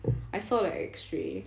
I saw the X-ray